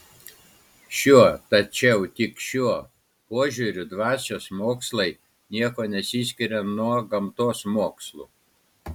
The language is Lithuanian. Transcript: šiuo tačiau tik šiuo požiūriu dvasios mokslai niekuo nesiskiria nuo gamtos mokslų